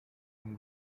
from